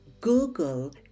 Google